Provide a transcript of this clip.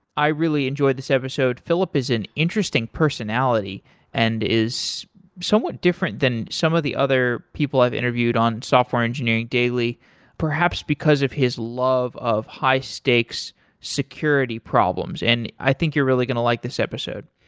i really enjoyed this episode. philip is an interesting personality and is somewhat different than some of the other people i've interviewed on software engineering daily perhaps because of his love of high-stakes security problems, and i think you're really going to like this episode.